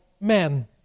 men